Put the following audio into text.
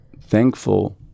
thankful